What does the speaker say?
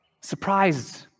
surprised